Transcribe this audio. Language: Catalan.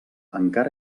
encara